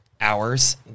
hours